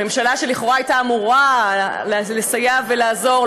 ממשלה שלכאורה הייתה אמורה לסייע ולעזור,